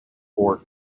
four